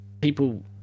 people